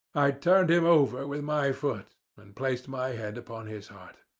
i turned him over with my foot, and placed my hand upon his heart.